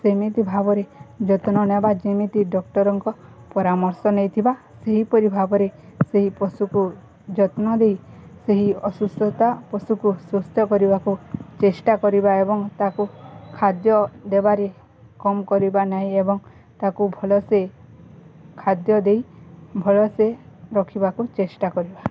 ସେମିତି ଭାବରେ ଯତ୍ନ ନେବା ଯେମିତି ଡ଼କ୍ଟର୍ଙ୍କ ପରାମର୍ଶ ନେଇଥିବା ସେହିପରି ଭାବରେ ସେହି ପଶୁକୁ ଯତ୍ନ ଦେଇ ସେହି ଅସୁସ୍ଥତା ପଶୁକୁ ସୁସ୍ଥ କରିବାକୁ ଚେଷ୍ଟା କରିବା ଏବଂ ତାକୁ ଖାଦ୍ୟ ଦେବାରେ କମ୍ କରିବା ନାହିଁ ଏବଂ ତାକୁ ଭଲସେ ଖାଦ୍ୟ ଦେଇ ଭଲସେ ରଖିବାକୁ ଚେଷ୍ଟା କରିବା